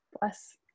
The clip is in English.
Bless